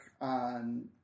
on